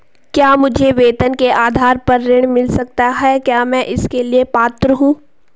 क्या मुझे वेतन के आधार पर ऋण मिल सकता है क्या मैं इसके लिए पात्र हूँ?